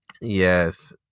Yes